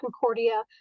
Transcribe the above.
concordia